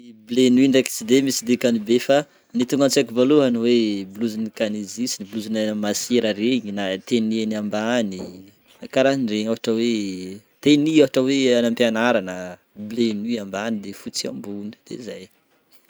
Bleu nuit ndreky tsy de misy dikany be fa ny tonga antsaiko voalohany de hoe blouse'ny Canisius, blouse-nay amy masera regny na tenue any ambany karahakarahan'iregny, ohatra hoe tenue ohatra hoe any ampianaragna: bleu nuit ambany de fotsy ambony de zay.